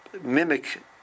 mimic